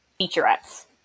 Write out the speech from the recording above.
featurettes